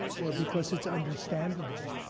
or because it's understandable,